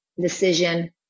decision